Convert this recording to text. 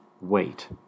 wait